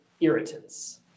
irritants